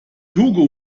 hugo